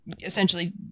essentially